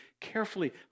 carefully